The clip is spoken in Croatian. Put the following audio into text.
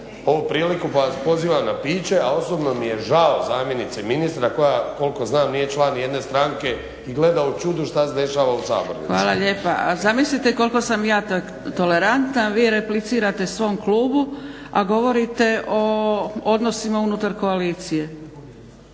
ovu priliku pa vas pozivam na piće a osobno mi je žao zamjenice ministra koja koliko znam nije član ni jedne stranke i gleda u čudu što se dešava u Sabornici. **Zgrebec, Dragica (SDP)** Hvala lijepa. A zamislite koliko sam ja tolerantna a vi replicirate svom klubu a govorite o odnosima unutar koalicije.